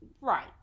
Right